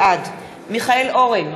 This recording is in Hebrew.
בעד מיכאל אורן,